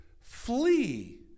flee